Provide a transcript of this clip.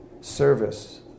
service